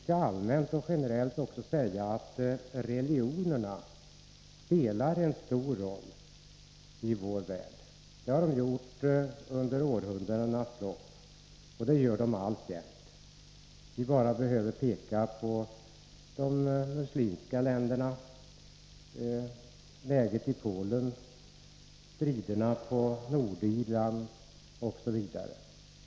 Jag kan också generellt säga att religionerna spelar en stor roll i vår värld. Det har de gjort under århundradenas lopp, och det gör de alltjämt. Vi behöver bara peka på de muslimska länderna, läget i Polen, striderna på Nordirland osv.